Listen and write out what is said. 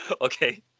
Okay